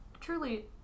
truly